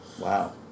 Wow